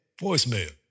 voicemail